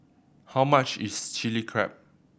how much is Chilli Crab